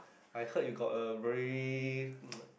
I heard you got a very